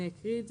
אני אקריא,